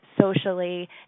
socially